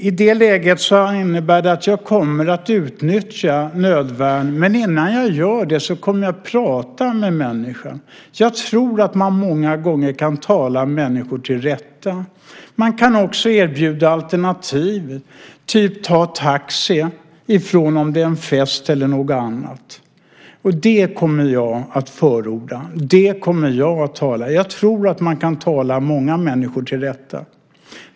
Fru talman! I det läget innebär det att jag kommer att utnyttja nödvärn. Men innan jag gör det kommer jag att prata med människan. Jag tror att man många gånger kan tala människor till rätta. Man kan också erbjuda alternativ, till exempel att man ska ta taxi från en fest eller liknande. Det kommer jag att förorda. Jag tror att man kan tala många människor till rätta.